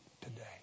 today